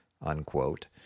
unquote